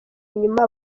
nyuma